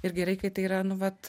ir gerai kai tai yra nu vat